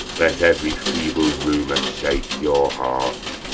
let every feeble rumour shake your hearts!